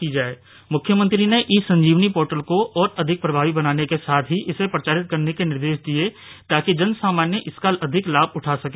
CM मुख्यमंत्री ने e Sanjeevani portal को और प्रभावी बनाने के साथ ही इसे प्रचारित करने के निर्देश दिए ताकि जन सामान्य उसका अधिक लाभ उठा सके